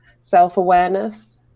self-awareness